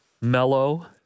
mellow